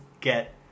get